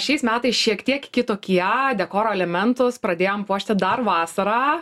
šiais metais šiek tiek kitokie dekoro elementus pradėjom puošti dar vasarą